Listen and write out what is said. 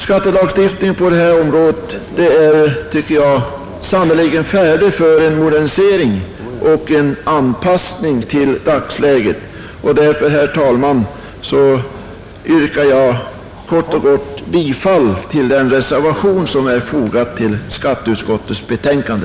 Skattelagstiftningen på detta område är, tycker jag, sannerligen färdig för en modernisering och en anpassning till dagens läge. Därför, herr talman, yrkar jag kort och gott bifall till den reservation som är fogad till skatteutskottets betänkande.